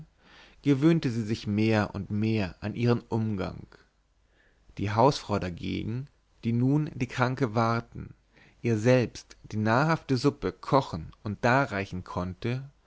gewöhnte sie sich mehr und mehr an ihren umgang die hausfrau dagegen die nun die kranke warten ihr selbst die nahrhafte suppe kochen und darreichen konnte